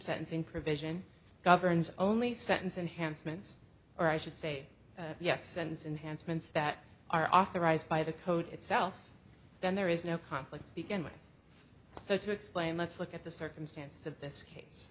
sentencing provision governs only sentence enhancements or i should say yes and enhanced means that are authorized by the code itself then there is no conflict to begin with so to explain let's look at the circumstances of this case